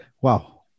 Wow